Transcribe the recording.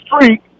streak